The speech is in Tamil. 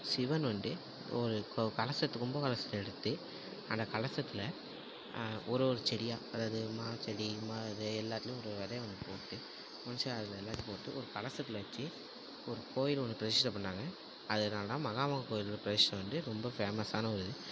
சிவன் வந்துட்டு ஒரு கலசத்தை கும்பக் கலசத்தை எடுத்து அந்த கலசத்தில் ஒரு ஒரு செடியாக அதாவது மாச்செடி மா இது எல்லாத்திலையும் ஒரு ஒரு வெதையை ஒன்று போட்டு போட்டு ஒரு கலசத்தில் வச்சு ஒரு கோயில் ஒன்று பிரதிஷ்டை பண்ணிணாங்க அது என்னான்னால் மகாமகக் கோயில் பிரதிஷ்டம் வந்து ரொம்ப ஃபேமஸான ஒரு இது